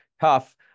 tough